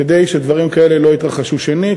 כדי שדברים כאלה לא יתרחשו שנית,